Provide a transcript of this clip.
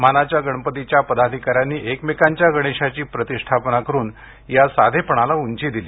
मानाच्या गणपतींच्या पदाधिकाऱ्यांनी एकमेकांच्या गणेशाची प्रतिष्ठापना करुन या साधेपणाला उंची दिली